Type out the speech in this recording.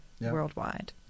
worldwide